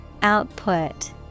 output